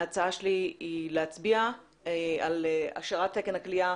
ההצעה שלי היא להצביע על השארת תקן הכליאה